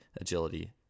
agility